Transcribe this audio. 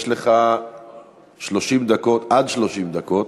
יש לך עד 30 דקות